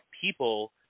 people